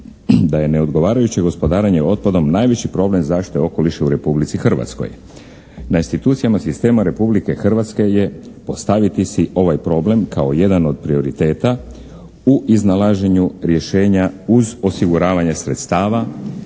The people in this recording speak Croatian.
da je neodgovarajuće gospodarenje otpadom najveći problem zaštite okoliša u Republici Hrvatskoj. Na institucijama sistema Republike Hrvatske je ostaviti si ovaj problem kao jedan od prioriteta u iznalaženju rješenja uz osiguravanja sredstava,